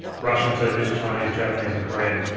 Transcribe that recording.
russian, turkish, chinese, japanese, and korean.